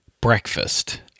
breakfast